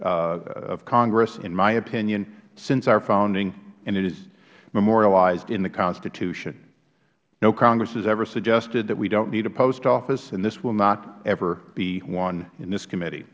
congress in my opinion since our founding and it is memorialized in the constitution no congress has ever suggested that we don't need a post office and this will not ever be one in this committee